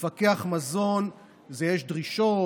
מפקח מזון, יש דרישות: